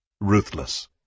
ruthless